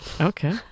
Okay